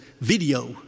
video